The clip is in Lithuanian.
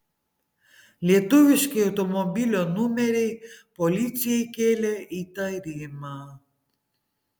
lietuviški automobilio numeriai policijai kėlė įtarimą